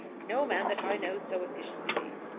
no man that i know so efficiently.